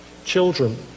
Children